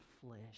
flesh